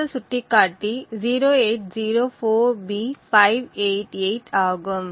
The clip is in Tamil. அடுத்த சுட்டிக்காட்டி 0804B588 ஆகும்